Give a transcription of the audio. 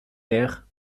nerfs